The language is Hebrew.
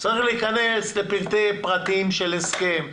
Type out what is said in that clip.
צריך להיכנס לפרטי פרטים של הסכם,